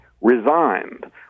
resigned